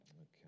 Okay